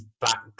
back